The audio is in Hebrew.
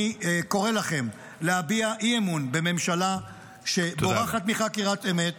אני קורא לכם להביע אי-אמון בממשלה שבורחת מחקירת אמת